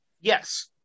Yes